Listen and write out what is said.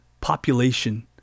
population